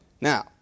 Now